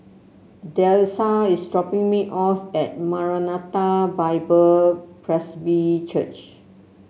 Dessa is dropping me off at Maranatha Bible Presby Church